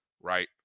right